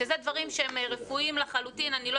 שאלה דברים רפואיים לחלוטין ואני לא